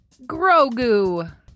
Grogu